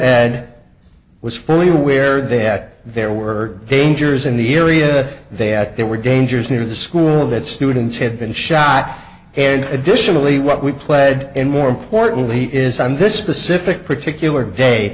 ed was fully aware that there were dangerous in the area that they had there were dangers near the school that students had been shot and additionally what we pled and more importantly is on this specific particular day